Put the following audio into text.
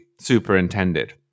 superintended